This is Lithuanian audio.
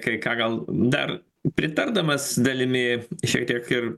kai ką gal dar pritardamas dalimi šiek tiek ir